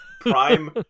prime